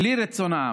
בלי רצון העם,